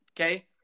Okay